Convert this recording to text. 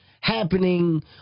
happening